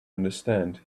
understand